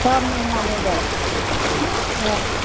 सब महीनामे हो जाएत हँ